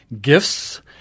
Gifts